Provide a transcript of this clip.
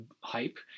hype